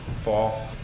fall